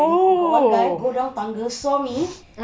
got one guy go down tangga saw me